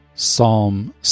Psalm